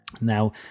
Now